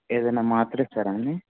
ఏదైనా మాత్ర ఇస్తారాండి